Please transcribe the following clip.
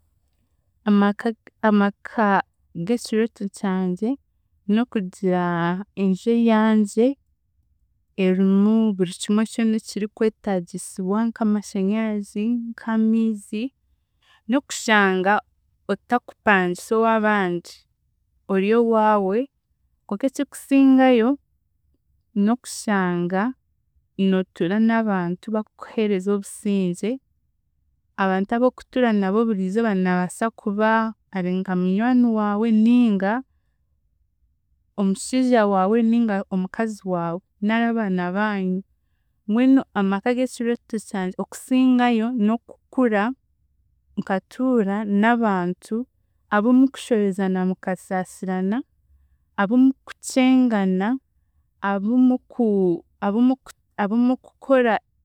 Amaka ga- amaka g'ekirooto kyangye n'okugira enju eyangye erimu buri kimwe kyona ekirikwetaagisibwa nk'amashanyarazi, nk'amiizi n'okushanga otakupangisa ow'abandi ori owaawe konka ekikusingayo n'okushanga nootuura n'abantu bakukuheereza obusingye, abantu abookutuura nabo buriizooba naabaasa kuba ari nka munywani waawe, ninga omushiija waawe ninga omukazi waawe nari abaana baanyu mbwenu amaka ag'ekirooto kyangye okusingayo n'okukura nkatuura n'abantu abu mukushobezana mukasaasirana, abu mukukyengana, abumuku abumuku abumukukora.